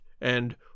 And